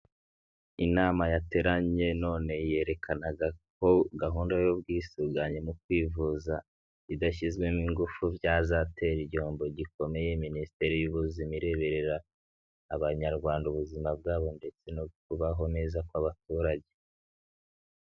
Inama yateranye none yerekanaga ko gahunda y'ubwisungane mu kwivuza, idashyizwemo ingufu byazatera igihombo gikomeye minisiteri y'ubuzima ireberera abanyarwanda ubuzima bwabo ndetse no kubaho neza kw'abaturage.